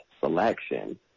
selection